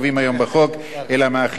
אלא מאכיפת החוק בשטח.